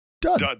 Done